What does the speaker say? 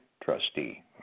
trustee